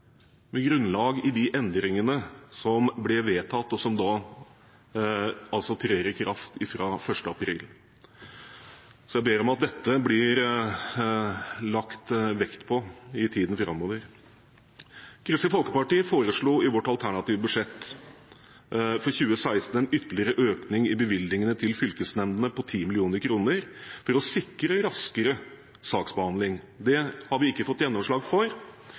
de endringene som ble vedtatt, og som trer i kraft fra 1. april. Så jeg ber om at det blir lagt vekt på dette i tiden framover. Kristelig Folkeparti foreslo i sitt alternative budsjett for 2016 en ytterligere økning i bevilgningene til fylkesnemndene på 10 mill. kr, for å sikre raskere saksbehandling. Det har vi ikke fått gjennomslag for.